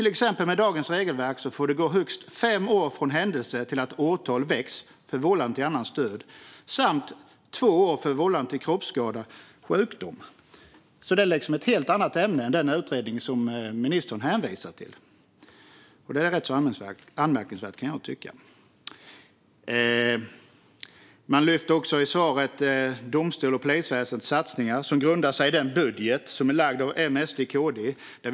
Med dagens regelverk får det till exempel gå högst fem år från händelse till att åtal väcks för vållande till annans död samt två år för vållande till kroppsskada eller sjukdom. Det är alltså ett helt annat ämne än den utredning som ministern hänvisar till. Jag tycker att det är anmärkningsvärt. I svaret lyfts även satsningar på domstols och polisväsendet upp. De har sin grund i den budget som lagts fram av Moderaterna, Sverigedemokraterna och Kristdemokraterna.